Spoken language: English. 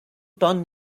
turn